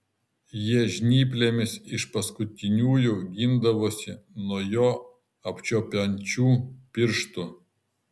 jie žnyplėmis iš paskutiniųjų gindavosi nuo jo apčiuopiančių pirštų